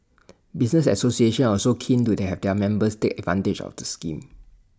business associations are also keen to their their members take advantage of the scheme